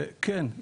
כן,